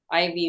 iv